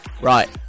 Right